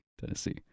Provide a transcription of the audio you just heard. tennessee